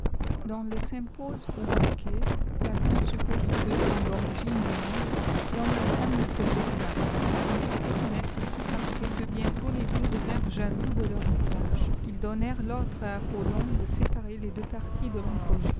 dans le sympose ou banquet platon suppose que dans torigine du monde thomme et la femme ne faisaient qu'un mais c était ub être si parfait que bientôt les dieux devinrent jaloux de leur ouvrage us donnèrent tordre à apollon de séparer les deqx paihies de